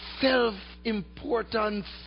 self-importance